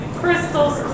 crystals